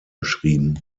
beschrieben